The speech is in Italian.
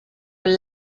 con